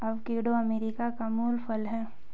avocado America का मूल फल है